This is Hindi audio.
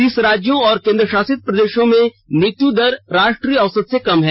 तीस राज्यों और केन्द्रशासित प्रदेशों में मृत्यु दर राष्ट्रीय औसत से कम है